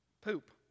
poop